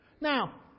Now